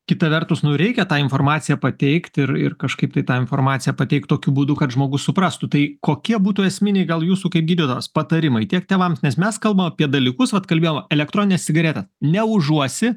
kita vertus nu reikia tą informaciją pateikt ir ir kažkaip tai tą informaciją pateikt tokiu būdu kad žmogus suprastų tai kokie būtų esminiai gal jūsų kaip gydytojos patarimai tiek tėvams nes mes kalbam apie dalykus vat klabėjom elektroninės cigaretės neužuosi